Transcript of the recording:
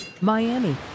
Miami